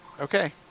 Okay